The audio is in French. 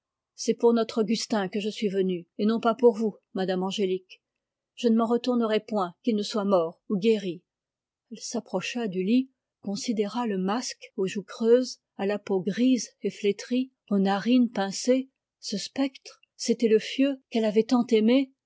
c'est pour notre augustin que je suis venue et non pour vous madame angélique je ne m'en retournerai point qu'il ne soit mort ou guéri elle s'approcha du lit considéra le masque aux joues creuses à la peau flétrie aux narines pincées ce spectre c'était le fieu qu'elle avait tant aimé